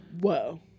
Whoa